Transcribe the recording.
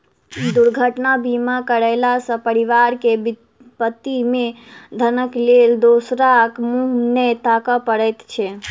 दुर्घटना बीमा करयला सॅ परिवार के विपत्ति मे धनक लेल दोसराक मुँह नै ताकय पड़ैत छै